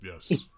Yes